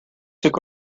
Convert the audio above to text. took